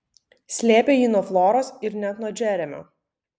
slėpė jį nuo floros ir net nuo džeremio